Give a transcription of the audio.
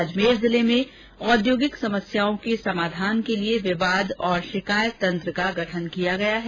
अजमेर जिले में औद्योगिक समस्याओं के समाधान के लिए विवाद और शिकायत तंत्र का गठन किया गया है